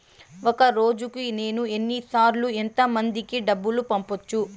ఒక రోజుకి నేను ఎన్ని సార్లు ఎంత మందికి డబ్బులు పంపొచ్చు?